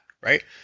right